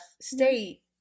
State